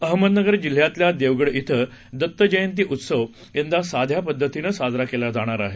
अहमदनगर जिल्ह्यातल्या देवगड इथं दत्त जयंती उत्सव यंदा साध्या पद्धतीनं साजरा केला जाणार आहे